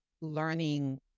learning